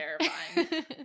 terrifying